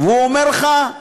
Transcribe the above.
והוא אומר לך,